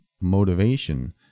motivation